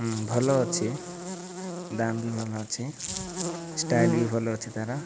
ହଁ ଭଲ ଅଛି ଦାମ୍ ବି ଭଲ ଅଛି ଷ୍ଟାଇଲ୍ ବି ଭଲ ଅଛି ତା'ର